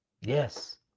Yes